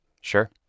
Sure